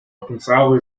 потенциала